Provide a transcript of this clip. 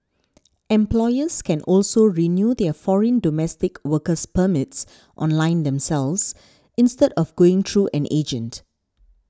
employers can also renew their foreign domestic worker permits online themselves instead of going through an agent